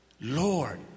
Lord